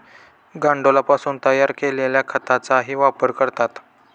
गांडुळापासून तयार केलेल्या खताचाही वापर करतात